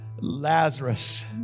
Lazarus